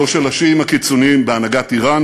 זו של השיעים הקיצוניים בהנהגת איראן